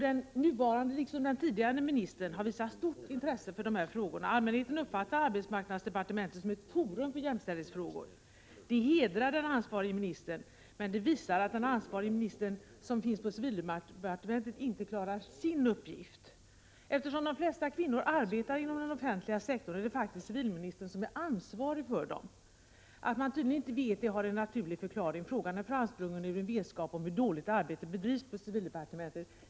Den nuvarande liksom den tidigare ministern har visat stort intresse för de här frågorna. Allmänheten uppfattar arbetsmarknadsdepartementet som ett forum för jämställdhetsfrågor, och det hedrar den ansvarige ministern, men det visar att den ansvarige minister som finns på civildepartementet inte klarar sin uppgift. Eftersom de flesta kvinnor arbetar inom den offentliga sektorn är det faktiskt civilministern som är ansvarig för dem. Att man tydligen inte vet det har en naturlig förklaring. Frågan är framsprungen ur en vetskap om hur dåligt arbetet bedrivs på civildepartementet.